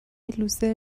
لوزر